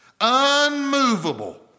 unmovable